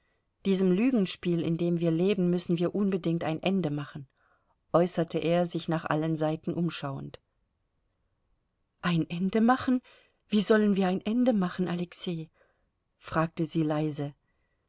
diesem lügenspiel in dem wir leben müssen wir unbedingt ein ende machen äußerte er sich nach allen seiten umschauend ein ende machen wie sollen wir ein ende machen alexei fragte sie leise